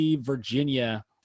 Virginia